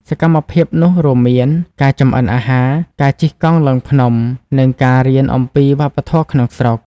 សកម្មភាពនោះរួមមានការចម្អិនអាហារ ការជិះកង់ឡើងភ្នំ និងការរៀនអំពីវប្បធម៌ក្នុងស្រុក។